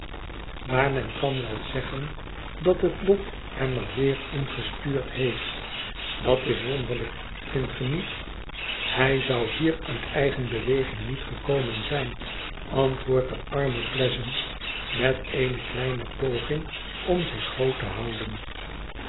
maar men kan wel zeggen dat het lot hem er weer in gestuurd heeft dat is wonderlijk vindt ge niet hij zou hier uit eigen beweging niet gekomen zijn antwoordt de arme pleasant met eene kleine poging om zich groot te houden